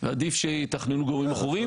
ועדיף שיתכננו גורמים אחרים.